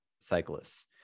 cyclists